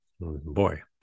Boy